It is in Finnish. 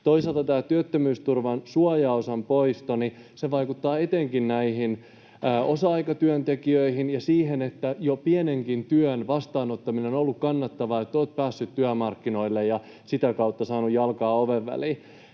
Toisaalta tämä työttömyysturvan suojaosan poisto vaikuttaa etenkin näihin osa-aikatyöntekijöihin ja siihen, että jo pienenkin työn vastaanottaminen on ollut kannattavaa, että olet päässyt työmarkkinoille ja sitä kautta saanut jalkaa oven väliin.